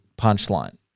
punchline